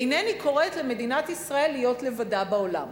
אינני קוראת למדינת ישראל להיות לבדה בעולם.